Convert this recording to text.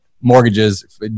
mortgages